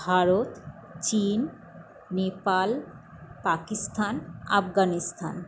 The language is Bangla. ভারত চিন নেপাল পাকিস্তান আফগানিস্তান